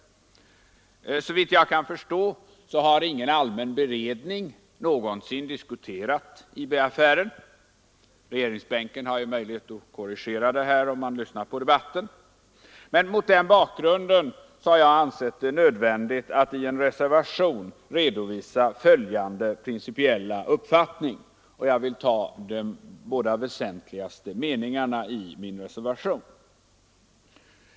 Såvitt jag kan förstå har ingen allmän beredning någonsin diskuterat IB-affären. Regeringen har möjlighet att korrigera detta påstående, om den lyssnar på debatten. Mot den bakgrunden har jag ansett det nödvändigt att i reservationen redovisa följande principiella uppfattning. Jag citerar de båda väsentligaste meningarna i min reservation.